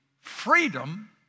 freedom